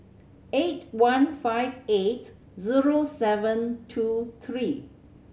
eight one five eight zero seven two three